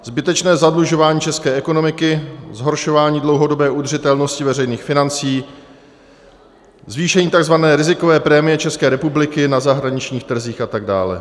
Zbytečné zadlužování české ekonomiky, zhoršování dlouhodobé udržitelnosti veřejných financí, zvýšení tzv. rizikové prémie České republiky na zahraničních trzích atd.